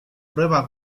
prueba